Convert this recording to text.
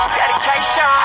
dedication